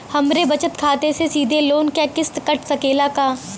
हमरे बचत खाते से सीधे लोन क किस्त कट सकेला का?